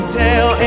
tell